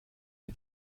mit